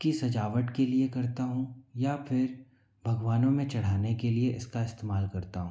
की सजावट के लिए करता हूँ या फिर भगवानों में चढ़ाने के लिए इसका इस्तेमाल करता हूँ